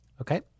Okay